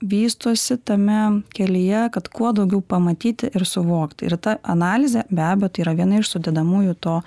vystosi tame kelyje kad kuo daugiau pamatyti ir suvokti ir ta analizė be abejo tai yra viena iš sudedamųjų to